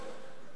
זה לא ביטחון.